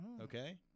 okay